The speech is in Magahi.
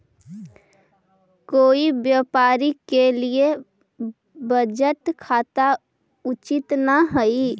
कोई व्यापारी के लिए बचत खाता उचित न हइ